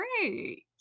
great